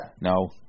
no